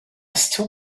still